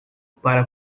para